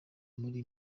muri